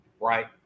Right